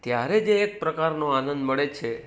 ત્યારે જે એક પ્રકારનો આનંદ મળે છે